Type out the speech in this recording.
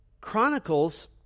Chronicles